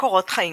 קורות-חיים